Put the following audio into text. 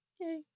Yay